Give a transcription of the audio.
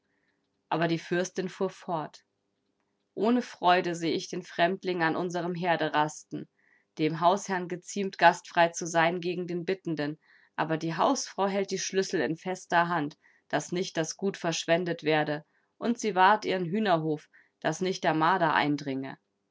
aber die fürstin fuhr fort ohne freude sehe ich den fremdling an unserem herde rasten dem hausherrn geziemt gastfrei zu sein gegen den bittenden aber die hausfrau hält die schlüssel in fester hand daß nicht das gut verschwendet werde und sie wahrt ihren hühnerhof daß nicht der marder eindringe